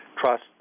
trust